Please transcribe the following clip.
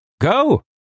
Go